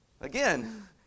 Again